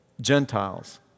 Gentiles